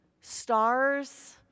stars